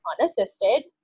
unassisted